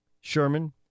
Sherman